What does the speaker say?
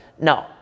No